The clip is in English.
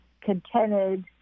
contented